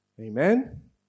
Amen